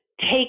Take